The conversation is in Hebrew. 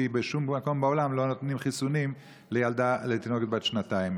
כי בשום מקום בעולם לא נותנים חיסונים לתינוקת בת שנתיים.